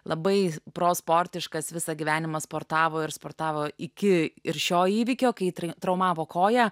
labai pro sportiškas visą gyvenimą sportavo ir sportavo iki ir šio įvykio kai traumavo koją